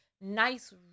nice